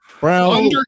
Brown